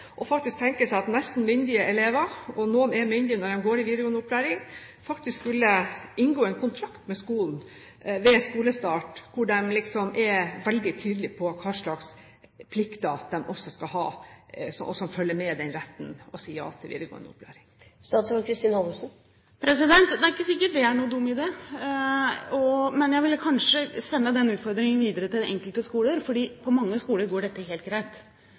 tenke seg at nesten myndige elever – og noen er myndige når de går i videregående opplæring – skulle inngå en kontrakt med skolen ved skolestart, hvor de er veldig tydelige på hva slags plikter de har, som følger med det å si ja til videregående opplæring? Det er ikke sikkert det er noen dum idé, men jeg ville kanskje sende utfordringen videre til de enkelte skoler, for på mange skoler går dette helt greit.